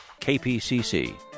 KPCC